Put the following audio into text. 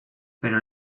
pero